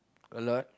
a lot